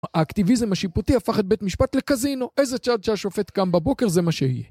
האקטיביזם השיפוטי הפך את בית משפט לקזינו, איזה צד שהשופט קם בבוקר זה מה שיהיה.